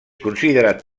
considerat